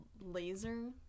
laser